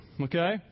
Okay